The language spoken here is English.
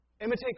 Imitate